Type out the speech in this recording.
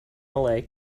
malay